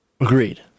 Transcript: agreed